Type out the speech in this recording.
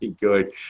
good